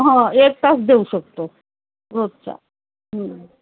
हा एक तास देऊ शकतो रोजचा